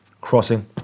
crossing